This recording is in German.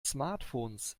smartphones